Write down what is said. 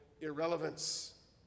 irrelevance